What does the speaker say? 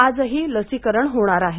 आजही लसीकरण होणार आहे